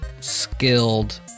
skilled